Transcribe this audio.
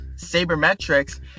sabermetrics